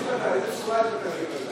איזו צורה יש לתקציב הזה?